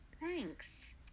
Thanks